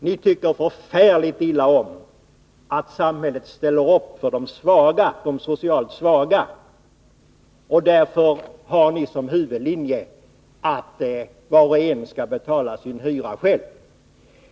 Ni tycker förfärligt illa om att samhället ställer upp för de socialt svaga. Därför har ni som huvudlinje att var och en skall betala sin hyra själv.